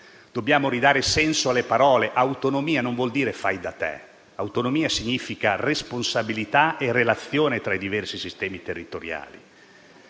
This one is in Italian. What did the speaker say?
Dobbiamo ridare senso alle parole. Autonomia non vuol dire "fai da te". Autonomia significa responsabilità e relazione tra i diversi sistemi territoriali.